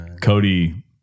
cody